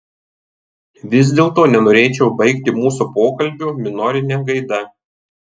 vis dėlto nenorėčiau baigti mūsų pokalbio minorine gaida